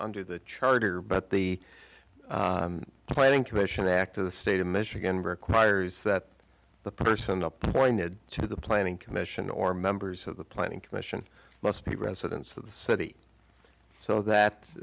under the charter but the planning commission act of the state of michigan requires that the person appointed to the planning commission or members of the planning commission must be residents of the city so that